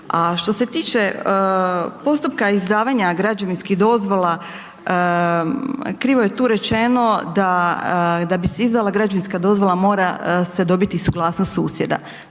što se tiče postupka izdavanja građevinskih dozvola, krivo je tu rečeno da da bi se izdala građevinska dozvola mora se dobiti suglasnost susjeda,